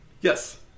Yes